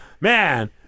man